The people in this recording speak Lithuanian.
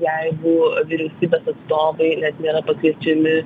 jeigu vyriausybės atstovai net nėra pakviečiami